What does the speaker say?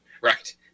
right